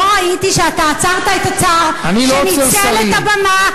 לא ראיתי שעצרת את השר שניצל את הבמה,